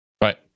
Right